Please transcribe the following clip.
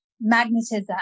magnetism